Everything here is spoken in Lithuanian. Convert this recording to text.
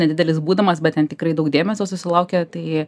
nedidelis būdamas bet ten tikrai daug dėmesio susilaukė tai